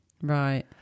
Right